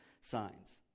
signs